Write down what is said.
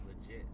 legit